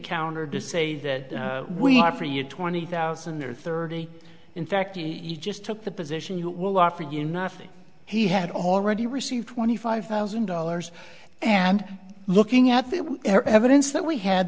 counter to say that we are for you twenty thousand or thirty in fact you just took the position you will offer you nothing he had already received twenty five thousand dollars and looking at the evidence that we had